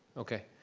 okay.